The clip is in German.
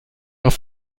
auch